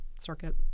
Circuit